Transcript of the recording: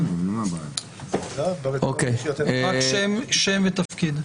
רק שם ותפקיד.